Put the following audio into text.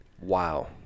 Wow